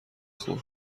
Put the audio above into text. خورد